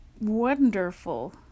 wonderful